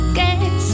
get